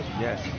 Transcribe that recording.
Yes